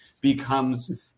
becomes